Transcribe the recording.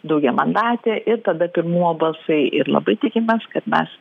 daugiamandatė ir tada pirmumo balsai ir labai tikimės kad mes